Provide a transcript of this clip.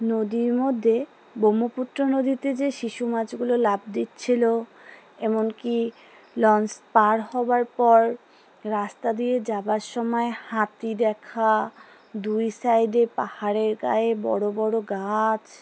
নদীর মধ্যে ব্রহ্মপুত্র নদীতে যে শিশু মাছগুলো লাভ দিচ্ছিলো এমনকি লঞ্চ পার হওয়বার পর রাস্তা দিয়ে যাবার সময় হাতি দেখা দুই সাইডে পাহাড়ের গায়ে বড়ো বড়ো গাছ